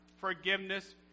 forgiveness